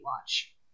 watch